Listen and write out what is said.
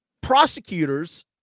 prosecutors